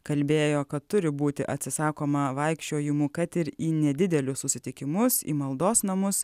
kalbėjo kad turi būti atsisakoma vaikščiojimų kad ir į nedidelius susitikimus į maldos namus